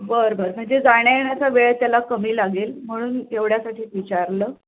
बरं बरं म्हणजे जाण्यायेण्याचा वेळ त्याला कमी लागेल म्हणून एवढ्यासाठीच विचारलं